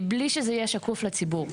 מבלי שזה יהיה שקוף לציבור.